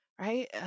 right